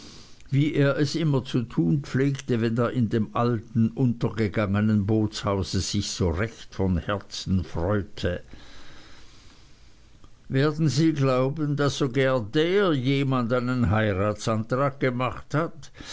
wie er es immer zu tun pflegte wenn er in dem alten untergegangnen boothause sich so recht von herzen freute werden sie glauben daß sogar der jemand einen heiratsantrag gemacht hat